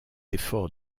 efforts